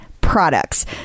products